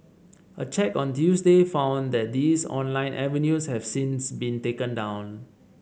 a check on Tuesday found that these online avenues have since been taken down